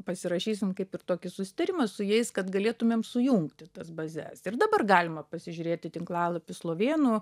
pasirašysim kaip ir tokį susitarimą su jais kad galėtumėm sujungti tas bazes ir dabar galima pasižiūrėti tinklalapį slovėnų